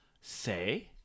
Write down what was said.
say